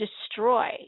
destroy